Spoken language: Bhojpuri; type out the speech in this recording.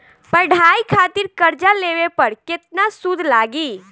पढ़ाई खातिर कर्जा लेवे पर केतना सूद लागी?